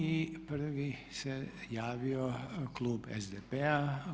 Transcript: I prvi se javio klub SDP-a.